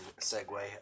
segue